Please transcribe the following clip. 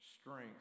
strength